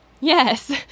Yes